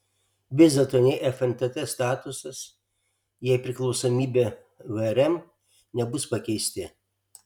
vis dėlto nei fntt statusas jei priklausomybė vrm nebus pakeisti